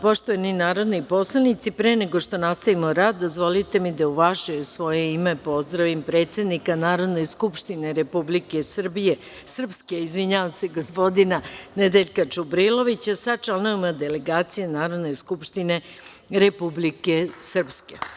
Poštovani narodni poslanici, pre nego što nastavimo rad, dozvolite mi da u vaše i svoje ime pozdravim predsednika Narodne skupštine Republike Srpske, gospodina Nedeljka Čubrilovića sa članovima delegacije Narodne skupštine Republike Srpske.